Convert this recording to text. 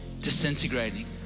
disintegrating